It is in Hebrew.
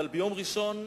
אבל ביום ראשון,